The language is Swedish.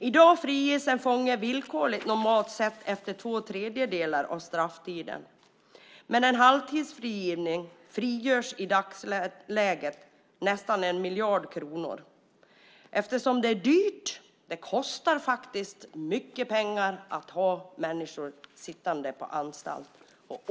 I dag friges en fånge normalt sett villkorligt efter två tredjedelar av strafftiden. Med halvtidsfrigivning frigörs i dagsläget nästan en miljard kronor. Det är dyrt. Det kostar faktiskt mycket pengar att ha människor på anstalt.